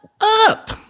up